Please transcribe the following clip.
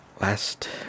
last